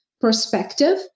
perspective